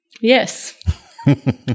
Yes